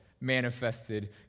manifested